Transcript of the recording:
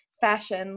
fashion